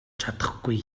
чадахгүй